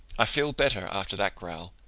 i feel better, after that growl.